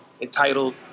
entitled